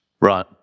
Right